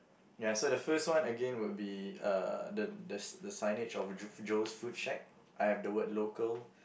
ya so the first one again would be uh the the the signage of J~ Joe's food shack I have the word local